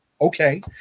okay